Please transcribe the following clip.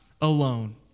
alone